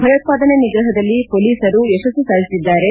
ಭಯೋತ್ಪಾದನೆ ನಿಗ್ರಹದಲ್ಲಿ ಪೊಲೀಸರು ಯತಸ್ನು ಸಾಧಿಸಿದ್ದಾರೆ